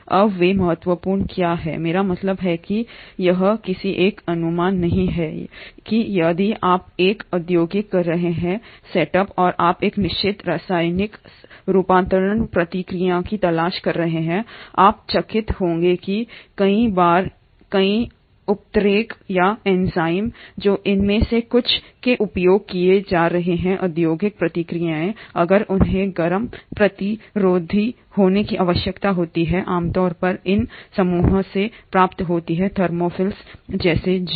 अब वे महत्वपूर्ण क्यों हैं मेरा मतलब है यह किसी का अनुमान नहीं है कि यदि आप एक औद्योगिक कर रहे हैं सेटअप और आप एक निश्चित रासायनिक रूपांतरण प्रक्रिया की तलाश कर रहे हैं आप चकित होंगे कि कई बार कई उत्प्रेरक या एंजाइम जो इन में से कुछ में उपयोग किए जा रहे हैं औद्योगिक प्रक्रियाओं अगर उन्हें गर्मी प्रतिरोधी होने की आवश्यकता होती है आमतौर पर इन समूहों से प्राप्त होती है थर्मोफिल्स जैसे जीव